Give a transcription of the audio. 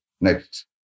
Next